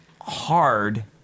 hard